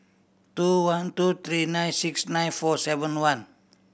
two one two three nine six nine four seven one